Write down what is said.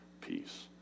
peace